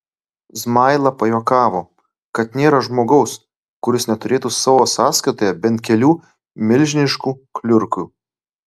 zmaila pajuokavo kad nėra žmogaus kuris neturėtų savo sąskaitoje bent kelių milžiniškų kliurkių